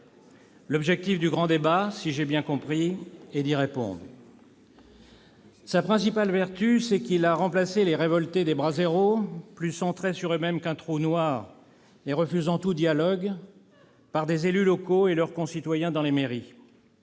L'objectif du grand débat, si j'ai bien compris, est d'y répondre. Sa principale vertu, c'est qu'il a remplacé les révoltés des braseros, plus centrés sur eux-mêmes qu'un trou noir et refusant tout dialogue, par des élus locaux et leurs concitoyens dans les mairies.